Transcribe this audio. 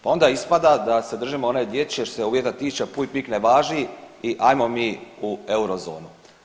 Pa onda ispada da se držimo one dječje što se uvjeta tiče puj pik ne važi i ajmo mi u eurozonu.